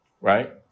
right